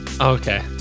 okay